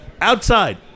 outside